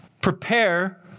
prepare